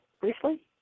Briefly